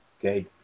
okay